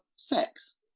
Sex